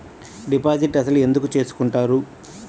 Deposit అసలు ఎందుకు చేసుకుంటారు?